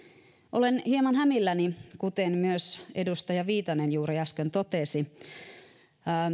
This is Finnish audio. olen hieman hämilläni kuten myös edustaja viitanen juuri äsken totesi